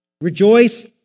Rejoice